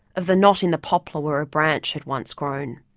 of the knot in the poplar where a branch had once grown,